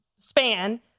span